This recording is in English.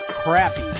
crappy